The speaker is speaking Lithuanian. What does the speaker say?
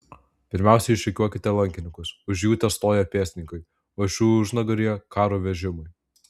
pirmiausia išrikiuokite lankininkus už jų testoja pėstininkai o šių užnugaryje karo vežimai